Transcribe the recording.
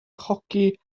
hoci